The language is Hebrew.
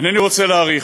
אינני רוצה להאריך,